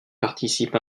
participe